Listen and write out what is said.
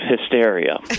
hysteria